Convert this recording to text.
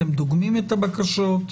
אתם דוגמים את הבקשות?